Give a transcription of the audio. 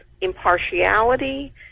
impartiality